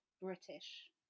British